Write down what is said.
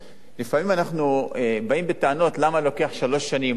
לפעמים אנחנו באים בטענות למה לוקח שלוש שנים או ארבע,